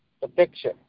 protection